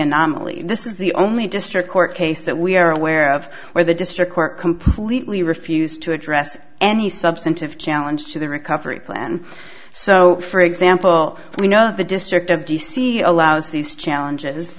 anomaly this is the only district court case that we are aware of where the district court completely refused to address any substantive challenge to the recovery plan so for example we know the district of d c allows these challenges